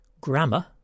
grammar